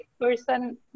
person